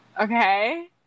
Okay